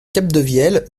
capdevielle